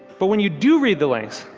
but when you do read the links,